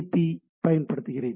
B பயன்படுத்துகிறேன்